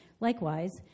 Likewise